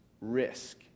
risk